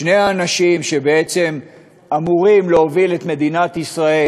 שני האנשים שבעצם אמורים להוביל את מדינת ישראל,